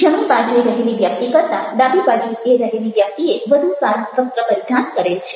જમણી બાજુએ રહેલી વ્યક્તિ કરતા ડાબી બાજુએ રહેલી વ્યક્તિએ વધુ સારું વસ્ત્ર પરિધાન કરેલ છે